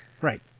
right